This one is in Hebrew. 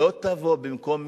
לא תבוא במקום מציאות.